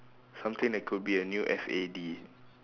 something that could be a new F A D